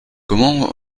comment